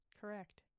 Correct